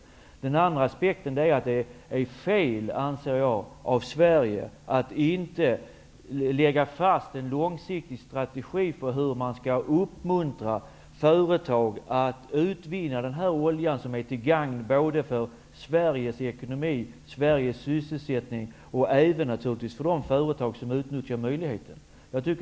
Den andra aspekten är att det enligt min mening är fel av Sverige att inte lägga fast en långsiktig strategi för hur man skall uppmuntra företagen att utvinna den olja som är till gagn för Sveriges ekonomi, sysselsättningen i Sverige och naturligtvis även för de företag som utnyttjar möjligheten.